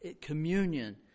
communion